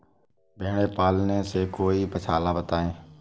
भेड़े पालने से कोई पक्षाला बताएं?